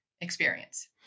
experience